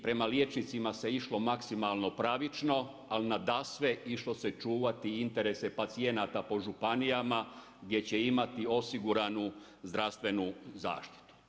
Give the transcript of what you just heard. Prema liječnicima se išlo maksimalno pravično, al nadasve išlo se čuvati interese pacijenata po županijama, gdje će imati osiguranu zdravstvenu zaštitu.